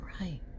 right